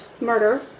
murder